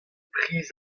priz